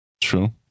True